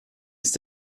ist